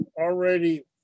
already